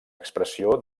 expressió